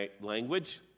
language